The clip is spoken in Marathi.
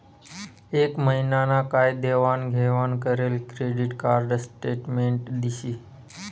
एक महिना ना काय मा देवाण घेवाण करेल क्रेडिट कार्ड न स्टेटमेंट दिशी